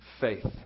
faith